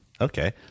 Okay